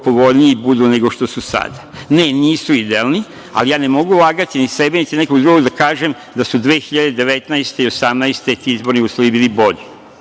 povoljniji budu nego što su sada. Ne, nisu idealni, ali ja ne mogu lagati niti sebe, niti nekog drugog da kažem da su 2018. i 2019. godine ti izborni uslovi bili bolji,